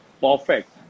perfect